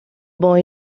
boy